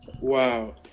Wow